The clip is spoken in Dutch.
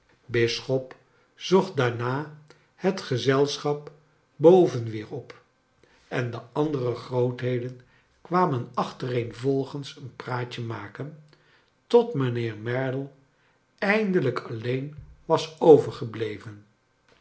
bisschop zocht daarna het gezelschap boven weer op en de andere grootheden kwamen achtereenvolgens een praatje maken tot mijnheer merdle eindelijk alleen was overgebleven